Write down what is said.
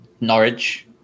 Norwich